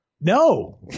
No